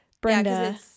Brenda